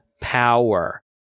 power